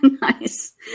nice